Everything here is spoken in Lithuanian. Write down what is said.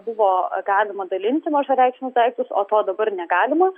buvo galima dalinti mažareikšmius daiktus o to dabar negalima